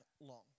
long